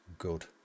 Good